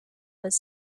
was